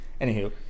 Anywho